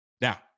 now